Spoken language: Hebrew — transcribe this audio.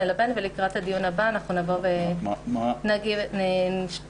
נלבן ולקראת הדיון הבא נבוא עם נוסח מתוקן.